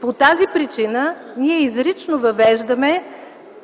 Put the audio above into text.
По тази причина ние изрично въвеждаме